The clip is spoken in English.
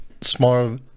smaller